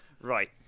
right